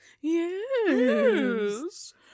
yes